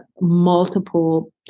multiple